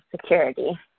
security